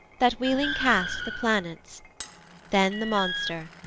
that wheeling cast the planets then the monster,